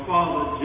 Father